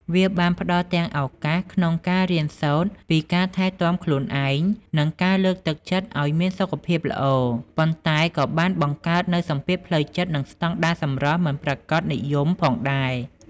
វាបានផ្តល់ទាំងឱកាសក្នុងការរៀនសូត្រពីការថែទាំខ្លួនឯង និងការលើកទឹកចិត្តឲ្យមានសុខភាពល្អ ប៉ុន្តែក៏បានបង្កើតនូវសម្ពាធផ្លូវចិត្ត និងស្តង់ដារសម្រស់មិនប្រាកដនិយមផងដែរ។